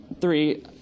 three